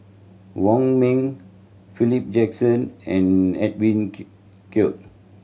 Wong Ming Philip Jackson and Edwin Koek